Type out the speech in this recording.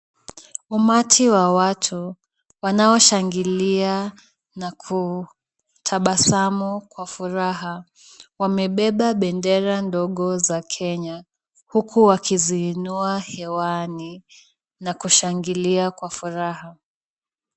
Umati wa watu wanaoshangilia na kutabasamu kwa furaha, wamebeba bendera ndogo za Kenya huku wakiziinua hewani, na kushangilia kwa furaha.